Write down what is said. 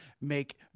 make